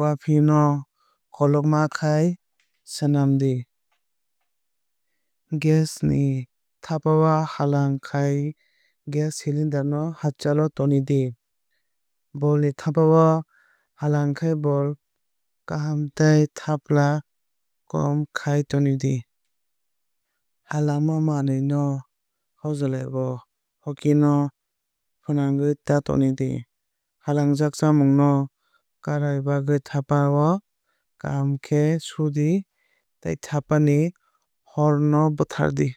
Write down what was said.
wafi no kologma khe swlamdi. Gas ni thapa o halang khai gas cylinder no hachal o toni di. Bol ni thapa o halang khai bol kaham tei thapla kom khai toni di. Halangma manwui no hozlai ba hoki no fwnangwui ta toni di. Halangjak chamung no kari bawui thapa no kaham khe sudi tei thapa ni hor no bwthardi.